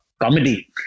comedy